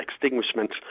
extinguishment